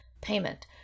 payment